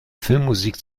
filmmusik